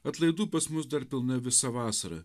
atlaidų pas mus dar pilna visa vasara